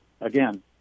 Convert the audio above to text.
again